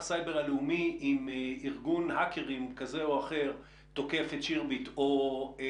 אם ארגון האקרים תוקף את שירביט או אם